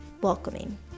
welcoming